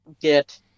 get